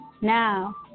Now